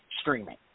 streaming